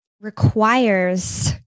requires